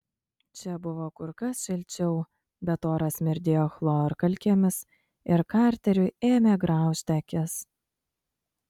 čia buvo kur kas šilčiau bet oras smirdėjo chlorkalkėmis ir karteriui ėmė graužti akis